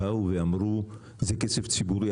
באו ואמרו: זה כסף ציבורי,